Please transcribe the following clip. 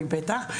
אני בטח,